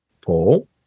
Paul